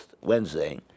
Wednesday